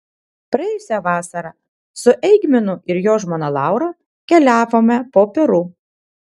praėjusią vasarą su eigminu ir jo žmona laura keliavome po peru